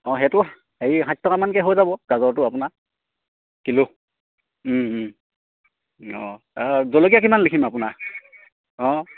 অঁ সেইটো হেৰি ষাঠি টকামানকৈ হৈ যাব গাজৰটো আপোনাৰ কিলো অঁ জলকীয়া কিমান লিখিম আপোনাৰ অঁ